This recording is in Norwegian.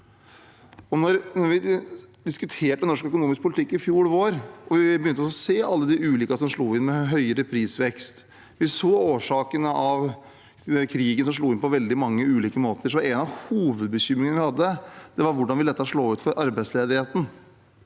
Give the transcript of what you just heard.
Da vi diskuterte norsk økonomisk politikk i fjor vår og begynte å se alt det som slo inn, med høyere prisvekst, vi så av årsakene at krigen slo inn på veldig mange ulike måter, var en av hovedbekymringene vi hadde, hvordan dette ville slå ut for arbeidsledigheten.